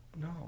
no